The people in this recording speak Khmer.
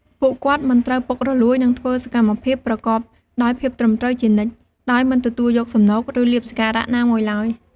ពួកគាត់ត្រូវ មិនពុករលួយ និង ធ្វើសកម្មភាពប្រកបដោយភាពត្រឹមត្រូវ ជានិច្ច ដោយមិនទទួលយកសំណូក ឬលាភសក្ការៈណាមួយឡើយ។